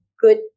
good